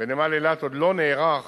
ונמל אילת עוד לא נערך